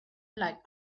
like